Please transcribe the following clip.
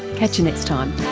catch you next time